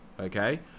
Okay